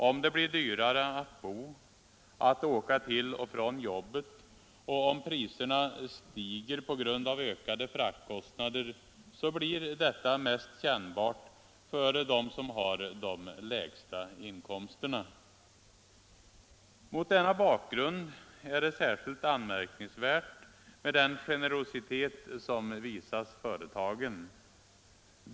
Om det blir dyrare att bo och att åka till och från jobbet och om priserna stiger på grund av ökade fraktkostnader, så blir detta mest kännbart för dem som har de lägsta inkomsterna. Mot denna bakgrund är det särskilt anmärkningsvärt med den generositet som visas företagen.